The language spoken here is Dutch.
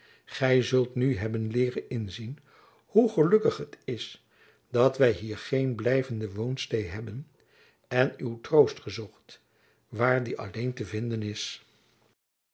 gy zult nu hebben leeren inzien hoe gelukkig het is dat wy hier geen blijvende woonsteê hebben en uw troost gezocht waar die alleen te vinden is